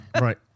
Right